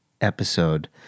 episode